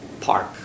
Park